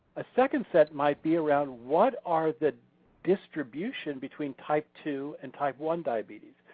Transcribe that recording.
a second set might be around what are the distribution between type two and type one diabetes?